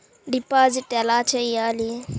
Deposit ఎలా చెయ్యాలి?